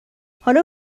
حالا